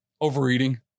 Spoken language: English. overeating